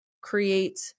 create